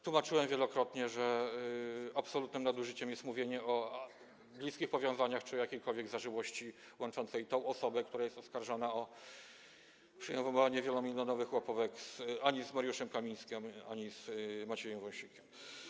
Tłumaczyłem wielokrotnie, że absolutnym nadużyciem jest mówienie o bliskich powiązaniach czy jakiejkolwiek zażyłości łączącej tę osobę, która jest oskarżona o przyjmowanie wielomilionowych łapówek, z Mariuszem Kamińskim i Maciejem Wąsikiem.